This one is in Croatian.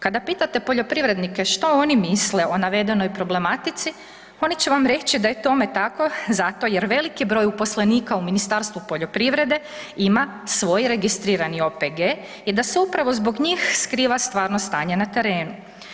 Kada pitate poljoprivrednike što oni misle o navedenoj problematici, oni će vam reći da je tome tako zato jer veliki broj uposlenika u Ministarstvu poljoprivrede ima svoj registrirani OPG i da se upravo zbog njih skriva stvarno stanje na terenu.